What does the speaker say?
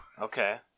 Okay